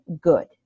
good